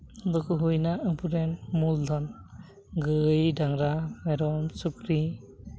ᱫᱚᱠᱚ ᱦᱩᱭᱮᱱᱟ ᱟᱵᱚᱨᱮᱱ ᱢᱩᱞ ᱫᱷᱚᱱ ᱜᱟᱹᱭ ᱰᱟᱝᱨᱟ ᱢᱮᱨᱚᱢ ᱥᱩᱠᱨᱤ